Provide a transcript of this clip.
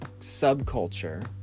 subculture